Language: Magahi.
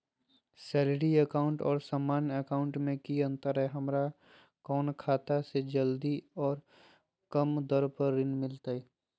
सैलरी अकाउंट और सामान्य अकाउंट मे की अंतर है हमरा कौन खाता से जल्दी और कम दर पर ऋण मिलतय?